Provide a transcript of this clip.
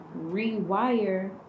rewire